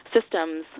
systems